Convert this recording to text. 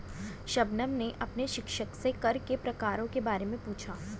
शबनम ने अपने शिक्षक से कर के प्रकारों के बारे में पूछा